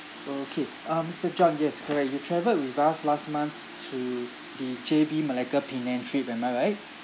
okay um mister john yes correct you travelled with us last month through the J_B malacca penang trip am I right